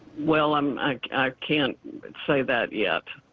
well, um like i can't say that yet.